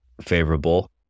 favorable